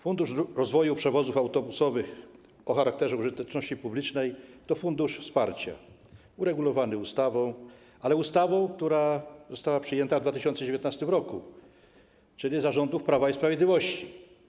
Fundusz rozwoju przewozów autobusowych o charakterze użyteczności publicznej to fundusz wsparcia uregulowany ustawą, która została przyjęta w 2019 r., czyli za rządów Prawa i Sprawiedliwości.